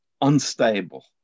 unstable